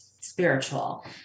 spiritual